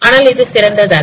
ஆனால் இது சிறந்ததல்ல